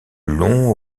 long